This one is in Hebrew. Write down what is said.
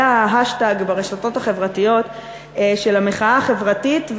זה ה- hashtagברשתות החברתיות של המחאה החברתית.